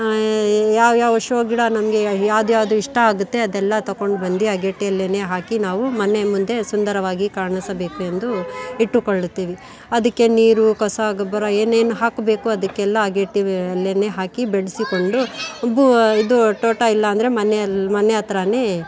ಯಾವ್ಯಾವ ಶೋ ಗಿಡ ನಮಗೆ ಯಾವ್ದ್ಯಾವ್ದು ಇಷ್ಟ ಆಗುತ್ತೆ ಅದೆಲ್ಲ ತಕೊಂಡು ಬಂದು ಅಗೇಡಿಯಲ್ಲೇನೇ ಹಾಕಿ ನಾವು ಮನೆ ಮುಂದೆ ಸುಂದರವಾಗಿ ಕಾಣಿಸಬೇಕು ಎಂದು ಇಟ್ಟುಕೊಳ್ಳುತ್ತೇವೆ ಅದಕ್ಕೆ ನೀರು ಕಸ ಗೊಬ್ಬರ ಏನೇನು ಹಾಕಬೇಕು ಅದಕ್ಕೆಲ್ಲ ಅಗೇಡಿಯಲ್ಲೇನೇ ಹಾಕಿ ಬೆಳೆಸಿಕೊಂಡು ಇದು ತೋಟ ಇಲ್ಲ ಅಂದರೆ ಮನೆಯಲ್ಲಿ ಮನೆ ಹತ್ರಾನೆ